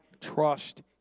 trust